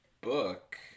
book